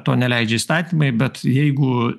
to neleidžia įstatymai bet jeigu